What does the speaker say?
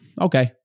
okay